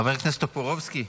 חבר הכנסת טופורובסקי,